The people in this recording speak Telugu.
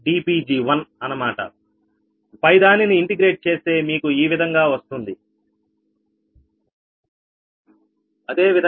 18 Pg141dPg1 పై దానిని ఇంటిగ్రేట్ చేస్తే మీకు ఈ విధంగా వస్తుంది C10